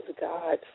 God